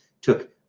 took